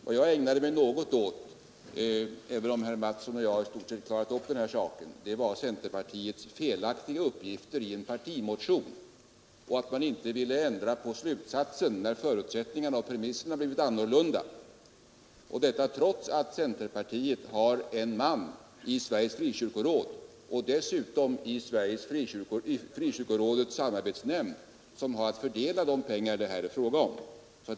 Vad jag har ägnat mig åt — och herr Mattsson i Lane-Herrestad och jag har i stort sett klarat upp denna sak — var centerpartiets felaktiga uppgifter i en partimotion och det förhållandet att partiet inte ville ändra på slutsatsen när premisserna blivit annorlunda, trots att partiet har en man i Sveriges frikyrkoråd och dessutom i Frikyrkorådets samarbetsnämnd, som har att fördela de pengar det här är fråga om.